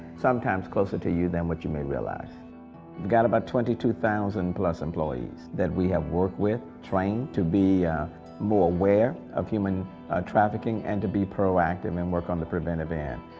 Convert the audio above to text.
sometimes closer to you than what you may realize. we've got about twenty two thousand plus employees that we have worked with, trained to be more aware of human trafficking and to be proactive and work on the preventive end.